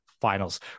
finals